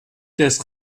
des